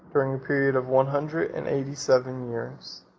during a period of one hundred and eighty-seven years.